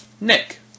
Nick